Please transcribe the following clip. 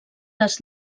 les